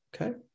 Okay